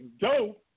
dope